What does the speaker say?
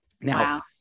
Now